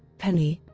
penny,